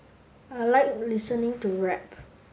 I like listening to rap